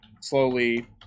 slowly